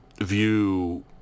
view